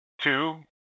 Two